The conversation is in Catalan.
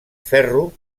ferro